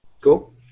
Cool